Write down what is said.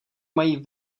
mají